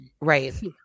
Right